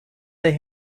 they